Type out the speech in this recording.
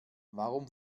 warum